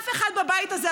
אף אחד בבית הזה,